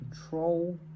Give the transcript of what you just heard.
control